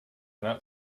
not